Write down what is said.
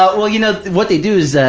but well, you know, what they do is, ah